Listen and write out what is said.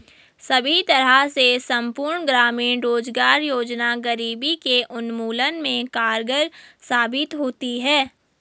सभी तरह से संपूर्ण ग्रामीण रोजगार योजना गरीबी के उन्मूलन में कारगर साबित होती है